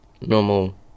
normal